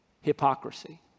hypocrisy